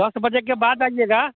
दस बजे के बाद आइएगा